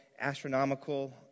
astronomical